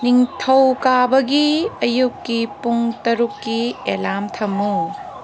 ꯅꯤꯡꯊꯧ ꯀꯥꯕꯒꯤ ꯑꯌꯨꯛꯀꯤ ꯄꯨꯡ ꯇꯔꯨꯛꯀꯤ ꯑꯦꯂꯥꯝ ꯊꯝꯃꯨ